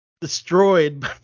destroyed